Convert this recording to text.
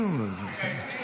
--- מגייסים?